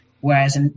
Whereas